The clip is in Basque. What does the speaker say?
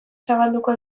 zabalduko